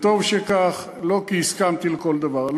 וטוב שכך, לא כי הסכמתי לכל דבר.